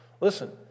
listen